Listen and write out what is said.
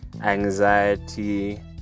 anxiety